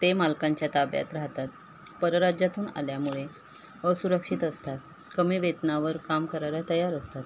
ते मालकांच्या ताब्यात राहतात परराज्यातून आल्यामुळे असुरक्षित असतात कमी वेतनावर काम करायला तयार असतात